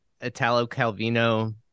Italo-Calvino